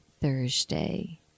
Thursday